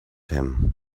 him